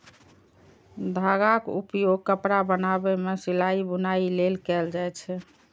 धागाक उपयोग कपड़ा बनाबै मे सिलाइ, बुनाइ लेल कैल जाए छै